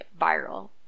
viral